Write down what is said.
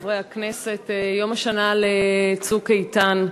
חברי חברי הכנסת, יום השנה ל"צוק איתן",